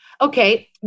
Okay